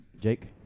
Jake